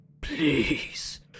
Please